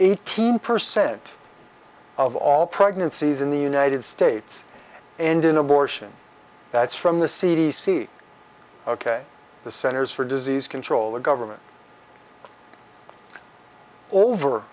eighteen percent of all pregnancies in the united states and in abortion that's from the c d c ok the centers for disease control the government over